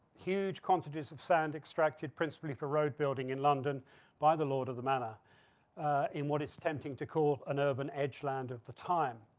huge quantities of sand extracted principally for road building in london by the lord of the manor in what it's tempting to call an urban edge land of the time.